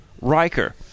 Riker